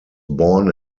born